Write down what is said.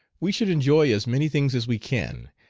we should enjoy as many things as we can,